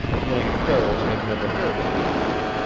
link ferris had never heard of dumas,